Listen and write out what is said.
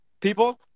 people